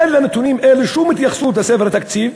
אין לנתונים אלה שום התייחסות בספר התקציב.